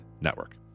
Network